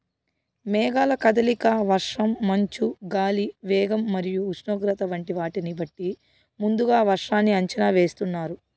మేఘాల కదలిక, వర్షం, మంచు, గాలి వేగం మరియు ఉష్ణోగ్రత వంటి వాటిని బట్టి ముందుగా వర్షాన్ని అంచనా వేస్తున్నారు